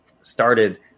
started